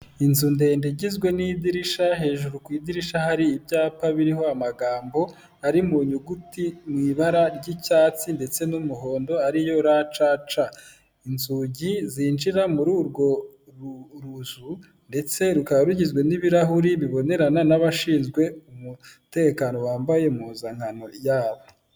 Inzu ndende igizwe n'idirishya, hejuru ku idirishya hari ibyapa biriho amagambo, ari mu nyuguti mu ibara ry'icyatsi ndetse n'umuhondo ariyo ra, ca, ca, inzugi zinjira muri urwo ruzu ndetse rukaba rugizwe n'ibirahuri bibonerana n'abashinzwe umutekano bambaye impuzankano yabo.